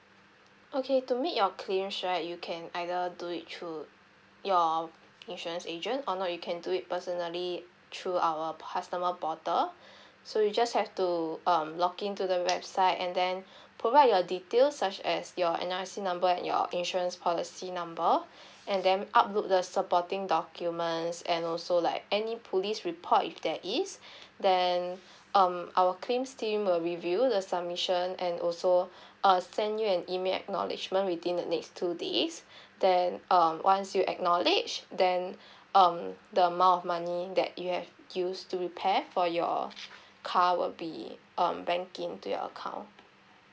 okay to make your claims right you can either do it through your insurance agent or not you can do it personally through our customer portal so you just have to um log in to the website and then provide your details such as your N_R_I_C number and your insurance policy number and then upload the supporting documents and also like any police report if there is then um our claims team will review the submission and also uh send you an email acknowledgement within the next two days then um once you acknowledge then um the amount of money that you have used to repair for your car will be um bank in to your account